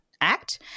act